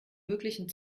möglichen